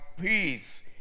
peace